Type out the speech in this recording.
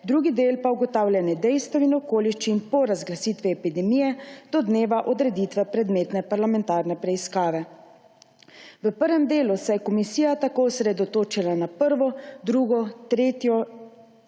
drugi del pa ugotavljanje dejstev in okoliščin po razglasitvi epidemije do dneva odreditve predmetne parlamentarne preiskave. V prvem delu se je komisija tako osredotočila na 1., 2., 3.